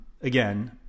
again